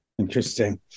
Interesting